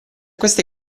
queste